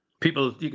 People